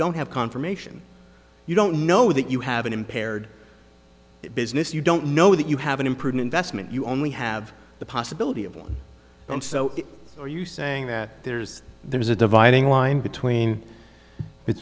don't have confirmation you don't know that you have an impaired business you don't know that you have an imprudent investment you only have the possibility of one and so are you saying that there's there is a dividing line between it